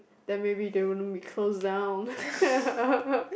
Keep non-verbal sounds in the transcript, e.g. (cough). then maybe they won't be closed down (laughs)